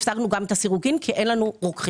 הפסקנו את הסירוגין כי אין לנו רוקחים.